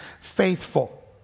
faithful